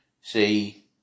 see